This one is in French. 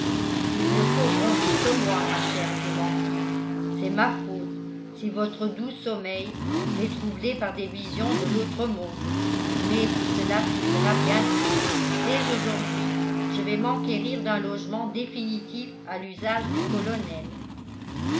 il ne faut gronder que moi ma chère clémentine c'est ma faute si votre doux sommeil est troublé par des visions de l'autre monde mais tout cela finira bientôt dès aujourd'hui je vais m'enquérir d'un logement définitif à l'usage du colonel